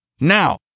Now